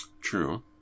True